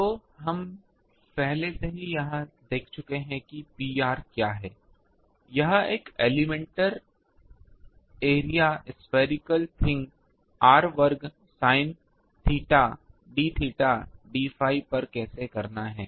तो हम पहले से ही यह देख चुके हैं कि Pr क्या है यह एक elemental area spherical thing r वर्ग sine theta d theta d phi पर कैसे करना है